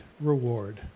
reward